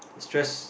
stress